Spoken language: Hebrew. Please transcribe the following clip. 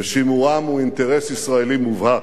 ושימורם הוא אינטרס ישראלי מובהק.